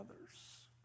others